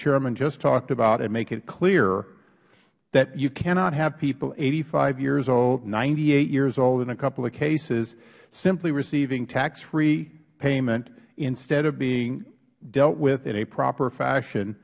chairman just talked about and make it clear that you cannot have people eighty five years old ninety eight years old in a couple of cases simply receiving tax free payment instead of being dealt with in a proper fashion